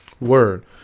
word